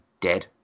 dead